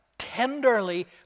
tenderly